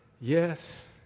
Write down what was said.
Yes